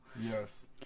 Yes